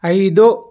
ಐದು